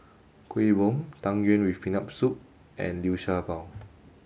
Kuih Bom Tang Yuen with peanut soup and Liu Sha Bao